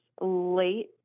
late